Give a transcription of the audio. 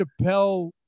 Chappelle